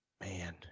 man